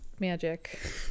magic